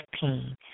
pain